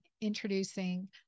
introducing